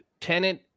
tenant